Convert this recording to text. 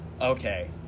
Okay